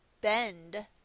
bend